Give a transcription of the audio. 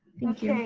thank you.